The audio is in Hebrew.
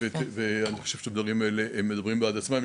ואני חושב שהדברים האלה מדברים בעד עצמם.